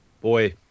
Boy